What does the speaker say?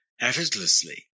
effortlessly